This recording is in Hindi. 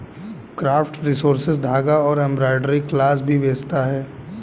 क्राफ्ट रिसोर्सेज धागा और एम्ब्रॉयडरी फ्लॉस भी बेचता है